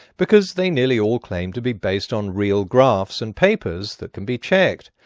because they nearly all claim to be based on real graphs and papers that can be checked.